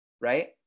right